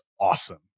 awesome